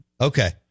Okay